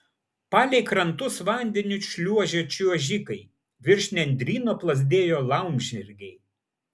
palei krantus vandeniu šliuožė čiuožikai virš nendryno plazdėjo laumžirgiai